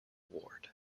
ward